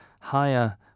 higher